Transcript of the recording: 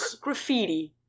graffiti